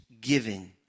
giving